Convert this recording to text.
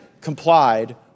complied